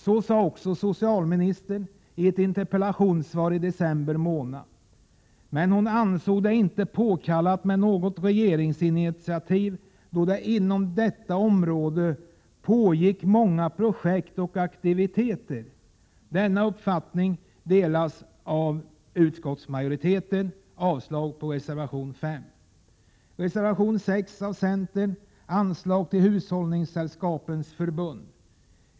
Det sade också socialministern i ett interpellationssvar i december månad. Hon ansåg det emellertid inte påkallat med något regeringsinitiativ, eftersom det inom detta område pågick många projekt och aktiviteter. Denna uppfattning delas av utskottsmajoriteten. Jag yrkar avslag på reservation 5. I reservation 6 vill centern ha anslag till Hushållningssällskapens förbund.